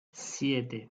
siete